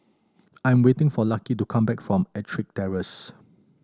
I'm waiting for Lucky to come back from Ettrick Terrace